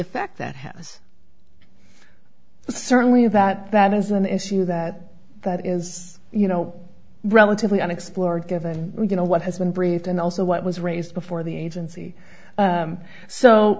effect that has certainly that that is an issue that that is you know relatively unexplored given you know what has been breached and also what was raised before the agency